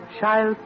child